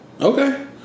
Okay